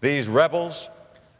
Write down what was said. these rebels